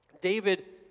David